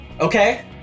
okay